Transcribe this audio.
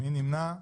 מי נמנע?